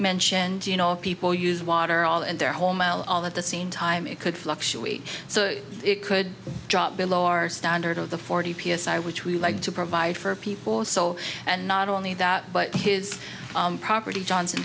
mentioned you know people use water all in their whole mile all that the scene time it could fluctuate so it could drop below our standard of the forty p s i which we like to provide for people so and not only that but his property johnson